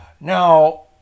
Now